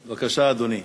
בבקשה, אדוני.